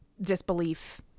disbelief